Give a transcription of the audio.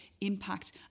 impact